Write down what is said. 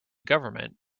government